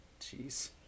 Jeez